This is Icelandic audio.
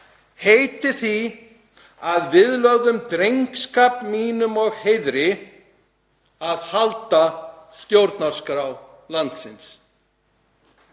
heiti því, að viðlögðum drengskap mínum og heiðri, að halda stjórnarskrá landsins.“